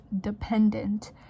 dependent